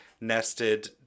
nested